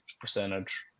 percentage